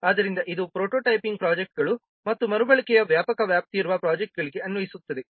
ಆದ್ದರಿಂದ ಇದು ಪ್ರೋಟೋಟೈಪಿಂಗ್ ಪ್ರೊಜೆಕ್ಟ್ಗಳುಗಳು ಮತ್ತು ಮರುಬಳಕೆಯ ವ್ಯಾಪಕ ವ್ಯಾಪ್ತಿಯಿರುವ ಪ್ರೊಜೆಕ್ಟ್ಗಳಿಗೆ ಅನ್ವಯಿಸುತ್ತದೆ